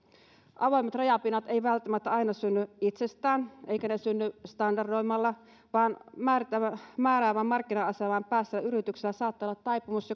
avoimet rajapinnat eivät välttämättä aina synny itsestään eivätkä ne synny standardoimalla vaan määräävään markkina asemaan päässeellä yrityksellä saattaa olla taipumus